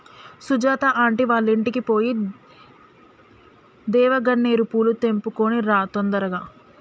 Sujatha aunty వాళ్ళింటికి పోయి దేవగన్నేరు పూలు తెంపుకొని రా తొందరగా